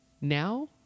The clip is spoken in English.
Now